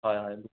হয় হয়